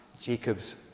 Jacob's